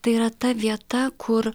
tai yra ta vieta kur